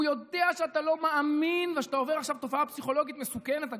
הוא יודע שאתה לא מאמין ושאתה עובר עכשיו תופעה פסיכולוגית מסוכנת,